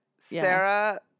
Sarah